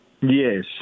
Yes